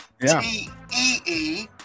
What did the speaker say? T-E-E